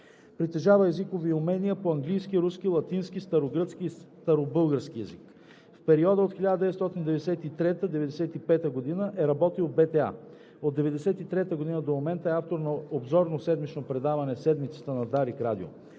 Притежава езикови умения по английски, руски, латински, старогръцки и старобългарски език. В периода 1993 – 1995 г. работи в БТА. От 1993 г. до момента е автор на обзорното седмично предаване „Седмицата“ на Дарик радио.